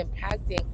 impacting